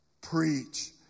preach